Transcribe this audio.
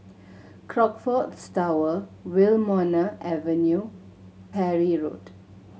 Crockfords Tower Wilmonar Avenue Parry Road